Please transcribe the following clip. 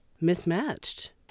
mismatched